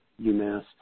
UMass